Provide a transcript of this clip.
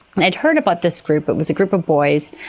i'd heard about this group, it was a group of boys,